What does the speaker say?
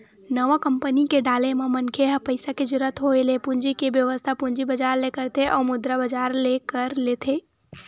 नवा कंपनी के डाले म मनखे ह पइसा के जरुरत होय ले पूंजी के बेवस्था पूंजी बजार ले करथे अउ मुद्रा बजार ले कर लेथे